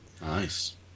nice